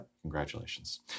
Congratulations